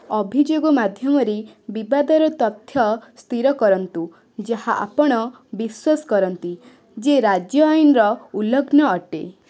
ଅଭିଯୋଗ ମାଧ୍ୟମରେ ବିବାଦର ତଥ୍ୟ ସ୍ଥିର କରନ୍ତୁ ଯାହା ଆପଣ ବିଶ୍ୱାସ କରନ୍ତି ଯେ ରାଜ୍ୟ ଆଇନର ଉଲ୍ଲଂଘନ ଅଟେ